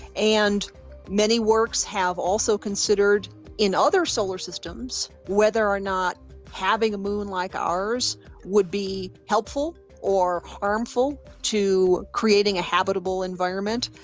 and many works have also considered in other solar systems whether or not having a moon like ours would be helpful or harmful to creating a habitable environment.